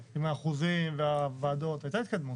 אחד מהם נגע לעניין של ועדה מקומית שאינה עצמאית.